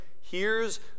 hears